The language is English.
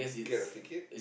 get a ticket